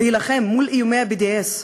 להילחם מול איומי ה-BDS,